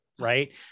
right